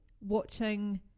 watching